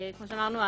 כמו שאמרנו,